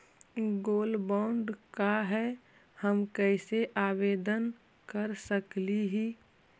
Gold bond का है, हम कैसे आवेदन कर सकली ही?